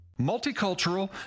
Multicultural